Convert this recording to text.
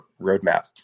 roadmap